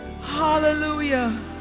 Hallelujah